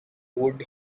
would